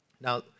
now